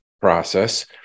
process